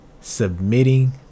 submitting